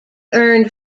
earned